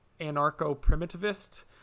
anarcho-primitivist